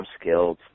skills